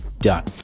Done